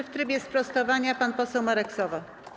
W trybie sprostowania pan poseł Marek Sowa.